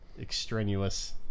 Extraneous